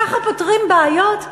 ככה פותרים בעיות?